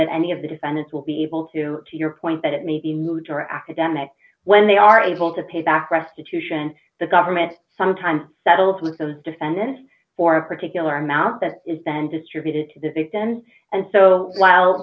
that any of the defendants will be able to to your point that it may be moot or academic when they are able to pay back restitution the government sometimes settles with those defendants for a particular amount that is then distributed to the victims and so while